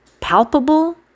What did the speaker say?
palpable